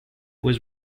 was